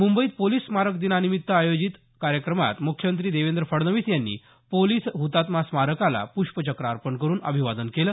मुंबईत पोलिस स्मारक दिनानिमित्त आयोजित कार्यक्रमात मुख्यमंत्री देवेंद्र फडणवीस यांनी पोलिस हतात्मा स्मारकाला प्रष्पचक्र अर्पण करून अभिवादन केलं